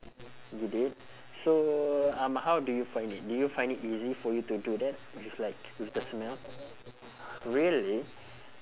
you did so um how do you find it do you find it easy for you to do that with like with the smell really